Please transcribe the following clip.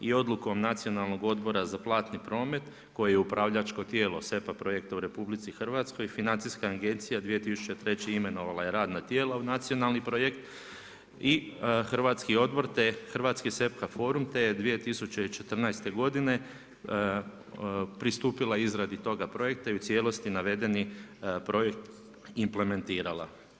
I odlukom nacionalnog odbora za platni promet koji je upravljačko tijelo SEPA projekta u RH i FINA 2003. imenovala je radna tijela u nacionalni projekt i Hrvatski odbor te Hrvatski SEPA forum te je 2014. godine pristupio je izradi toga projekta i u cijelosti navedeni projekt implementirala.